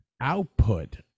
Output